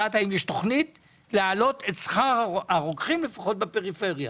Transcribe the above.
תכנית להעלות את שכר הרוקחים, לפחות בפריפריה,